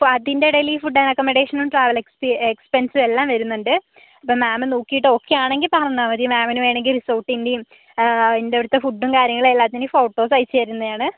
so അതിൻ്റെ ഇടയില് ഈ ഫുഡ് ആൻഡ് അക്കോമഡേഷനും ട്രാവൽ എക്സ്റ്റി എക്സ്പെൻസും എല്ലാം വരുന്നുണ്ട് അപ്പം മാമ് നോക്കിയിട്ട് ഓക്കെയാണെങ്കിൽ പറഞ്ഞാൽ മതി മാമിന് വേണമെങ്കിൽ റിസോർട്ടിൻറേം അതിൻ്റെ അടുത്ത ഫുഡും കാര്യങ്ങളും എല്ലാത്തിൻ്റെയും ഫോട്ടോസ് ആയച്ച് തരുന്നതാണ്